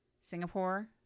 singapore